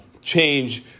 change